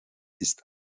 ist